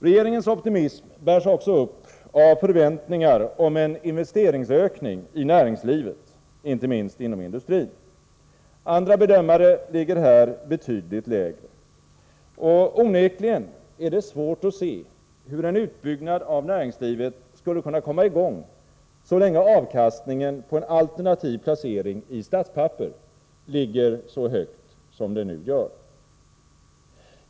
Regeringens optimism bärs också upp av förväntningar om en investeringsökning i näringslivet — inte minst inom industrin. Andra bedömare ligger här betydligt lägre. Och onekligen är det svårt att se hur en utbyggnad av näringslivet skulle kunna komma i gång så länge avkastningen på en alternativ placering i statspapper ligger så högt som den nu gör.